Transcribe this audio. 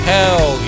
Hell